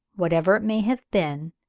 whatever it may have been,